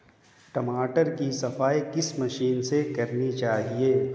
टमाटर की सफाई किस मशीन से करनी चाहिए?